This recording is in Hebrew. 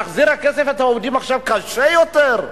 להחזיר הכסף לעובדים עכשיו קשה יותר?